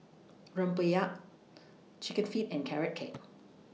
Rempeyek Chicken Feet and Carrot Cake